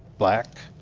black,